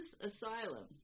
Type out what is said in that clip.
Asylum